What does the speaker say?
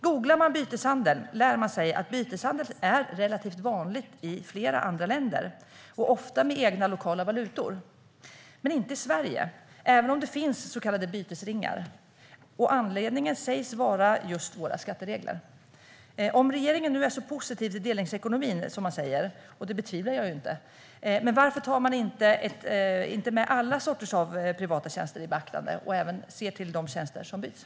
Googlar man på "byteshandel" lär man sig att byteshandel är relativt vanlig i flera andra länder, ofta med egna lokala valutor. Så är det inte i Sverige, även om det finns så kallade bytesringar. Anledningen till detta sägs vara just våra skatteregler. Om regeringen nu är så positiv till delningsekonomin som man säger - och det betvivlar jag inte - varför tar man då inte alla sorters privata tjänster i beaktande och även ser till de tjänster som byts?